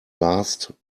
last